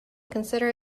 consider